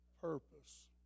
purpose